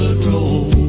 role